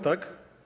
Tak?